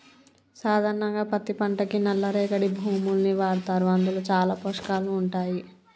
సాధారణంగా పత్తి పంటకి నల్ల రేగడి భూముల్ని వాడతారు అందులో చాలా పోషకాలు ఉంటాయి